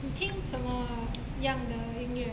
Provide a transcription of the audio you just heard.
你听怎么样的音乐